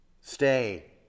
Stay